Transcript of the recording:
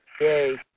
Yay